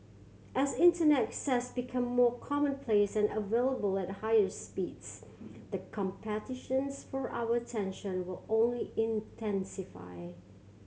as Internet access become more commonplace and available at higher speeds the competitions for our attention will only intensify